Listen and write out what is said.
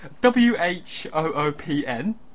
W-H-O-O-P-N